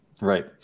Right